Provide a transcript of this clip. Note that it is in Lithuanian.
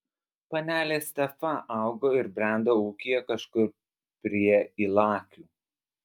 panelė stefa augo ir brendo ūkyje kažkur prie ylakių